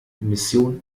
mission